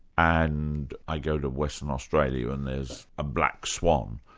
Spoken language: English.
and i go to western australia and there's a black swan,